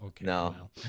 No